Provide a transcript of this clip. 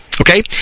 Okay